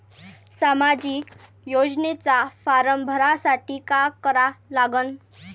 सामाजिक योजनेचा फारम भरासाठी का करा लागन?